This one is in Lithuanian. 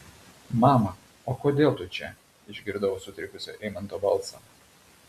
mama o kodėl tu čia išgirdau sutrikusio eimanto balsą